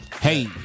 hey